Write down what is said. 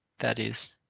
that is,